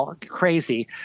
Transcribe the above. crazy